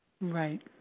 Right